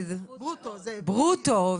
ברוטו,